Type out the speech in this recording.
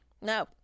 No